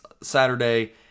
Saturday